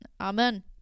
Amen